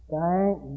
Thank